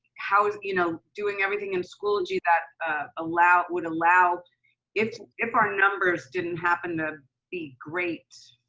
how has, you know, doing everything in school do that allow, would allow if, if our numbers didn't happen to be great,